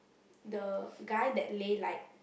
the guy that Lei like